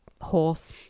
horse